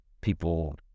people